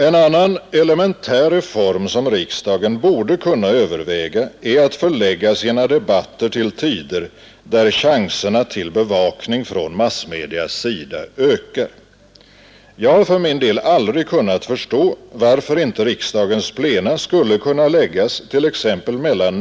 En annan elementär reform som riksdagen borde kunna överväga är att förlägga sina debatter till tider, där chanserna till bevakning från massmedia ökar. Jag har aldrig kunnat förstå varför inte riksdagens plena skulle kunna läggas t.ex. mellan kl.